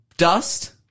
Dust